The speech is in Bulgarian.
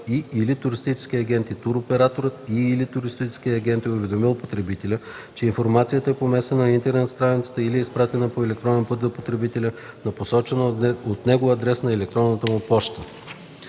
и/или туристическия агент и туроператорът и/или туристическият агент е уведомил потребителя, че информацията е поместена на интернет страницата или е изпратена по електронен път до потребителя на посочен от него адрес на електронната му поща.